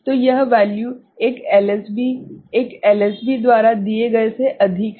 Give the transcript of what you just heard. तो यह वैल्यू एक एलएसबी 1 एलएसबी द्वारा दिए गए से अधिक है